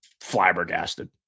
Flabbergasted